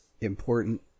important